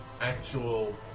actual